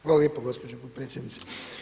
Hvala lijepo gospođo potpredsjednice.